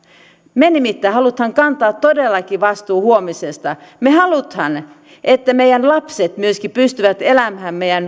me nimittäin haluamme kantaa todellakin vastuun huomisesta me haluamme että myöskin meidän lapset pystyvät elämään meidän